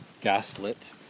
gaslit